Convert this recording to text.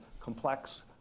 complex